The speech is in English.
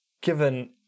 given